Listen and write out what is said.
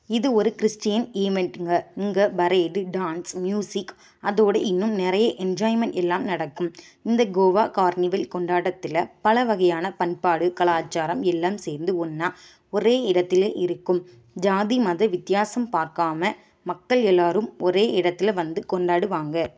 இது ஒரு கிறிஸ்ட்டீன் ஈமென்ட்டுங்க இங்க பரேடு டான்ஸ் மியூசிக் அதோடு இன்னும் நிறைய என்ஜாய்மெண்ட் எல்லாம் நடக்கும் இந்த கோவா கார்னிவில் கொண்டாடத்தில் பல வகையான பண்பாடு கலாச்சாரம் எல்லாம் சேர்ந்து ஒன்றா ஒரே இடத்தில் இருக்கும் ஜாதி மத வித்தியாசம் பார்க்காம மக்கள் எல்லோரும் ஒரே இடத்தில் வந்து கொண்டாடுவாங்க